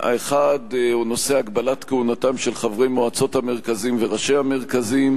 האחד הוא נושא הגבלת כהונתם של חברי מועצות המרכזים וראשי המרכזים,